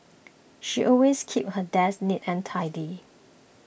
she always keeps her desk neat and tidy